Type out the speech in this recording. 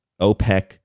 OPEC